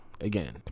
again